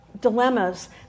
dilemmas